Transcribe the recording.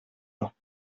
leurs